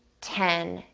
ten.